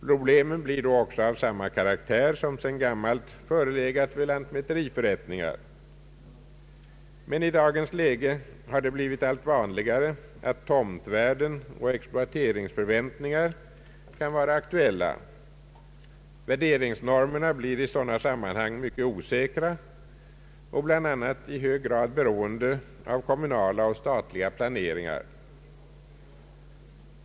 Problemen blir då av samma karaktär som sedan gammalt förelegat vid lantmäteriförrättningar. Men i dagens läge har det blivit allt vanligare att tomtvärden och exploateringsförväntningar kan vara aktuella. Värderingsnormerna blir i sådana sammanhang mycket osäkra och bl.a. i hög grad beroende av kommunala och statliga planeringar.